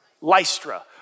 Lystra